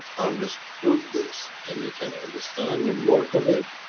understood this, and you can understand the work of it,